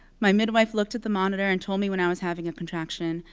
my midwife looked at the monitor and told me when i was having a contraction.